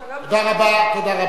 תודה רבה, תודה רבה.